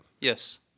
Yes